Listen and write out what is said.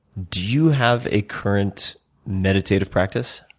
do you have a current meditative practice?